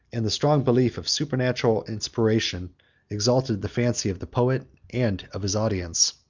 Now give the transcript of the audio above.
and the strong belief of supernatural inspiration exalted the fancy of the poet, and of his audience.